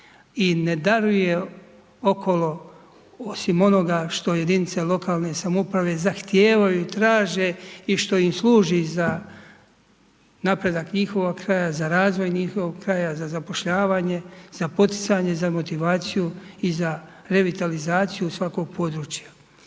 I ne daruje oko osim onoga što jedinice lokalne samouprave zahtijevaju i traže i što im služi za napredak njihovog kraja, za razvoj njihovog kraja, za zapošljavanje, za poticanje, za motivaciju i za revitalizaciju svakog područja,